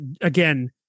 again